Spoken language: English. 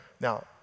Now